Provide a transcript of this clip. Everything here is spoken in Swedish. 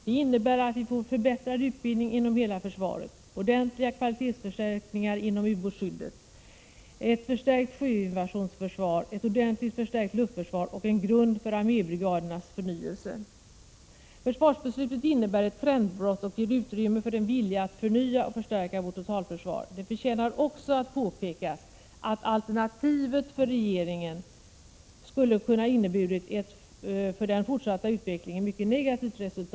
Det innebär att vi får förbättrad utbildning inom hela försvaret, ordentliga kvalitetsförstärkningar inom ubåtsskyddet, ett förstärkt sjöinvasionsförsvar, ett ordentligt förstärkt luftförsvar och en grund för armébrigadernas förnyelse. Försvarsbeslutet innebär ett trendbrott och ger utrymme för en vilja att förnya och förstärka vårt totalförsvar. Det förtjänar också att påpekas att alternativet för regeringen skulle ha kunnat innebära ett för den fortsatta utvecklingen mycket negativt beslut —= Prot.